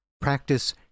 Practice